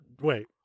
Wait